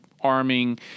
arming